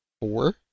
four